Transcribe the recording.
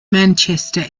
manchester